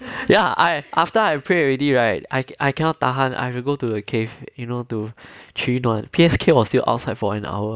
ya I after I pray already right I cannot tahan I have to go to the cave you know to 取暖 P_S_K was outside for an hour